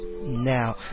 now